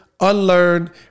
unlearn